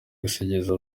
gusezera